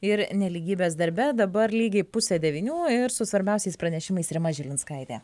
ir nelygybės darbe dabar lygiai pusę devynių ir su svarbiausiais pranešimais rima žilinskaitė